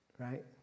Right